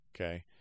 okay